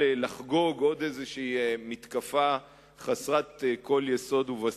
לחגוג עוד איזו מתקפה חסרת כל יסוד ובסיס.